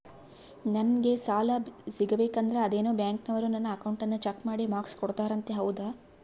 ನಂಗೆ ಸಾಲ ಸಿಗಬೇಕಂದರ ಅದೇನೋ ಬ್ಯಾಂಕನವರು ನನ್ನ ಅಕೌಂಟನ್ನ ಚೆಕ್ ಮಾಡಿ ಮಾರ್ಕ್ಸ್ ಕೊಡ್ತಾರಂತೆ ಹೌದಾ?